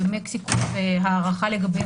רק הערתי הערה מקדימה,